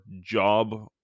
job